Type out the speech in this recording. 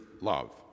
love